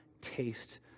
taste